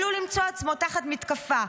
הוא עלול למצוא עצמו תחת מתקפה,